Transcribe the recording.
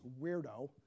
weirdo